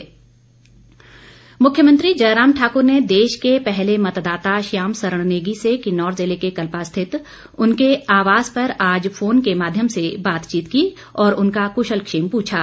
बातचीत मुख्यमंत्री जयराम ठाकुर ने देश के पहले मतदाता श्याम सरन नेगी से किन्नौर जिले के कल्पा स्थित उनके आवास पर आज फोन के माध्यम से बातचीत की और उनका कुशलक्षेम पूछा